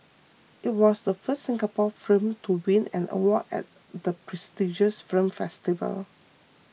it was the first Singapore film to win an award at the prestigious film festival